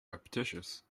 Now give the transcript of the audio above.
repetitious